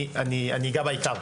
אגע בעיקר.